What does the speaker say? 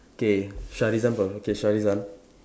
okay Sharizan fi okay Sharizan